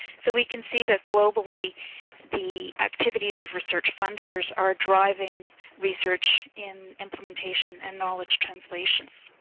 so we can see that globally the activities of research funders are driving research in implementation and knowledge translation.